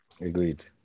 Agreed